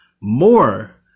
more